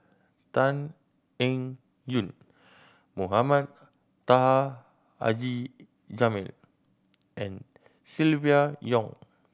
Tan Eng Yoon Mohamed Taha Haji Jamil and Silvia Yong